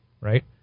right